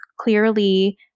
clearly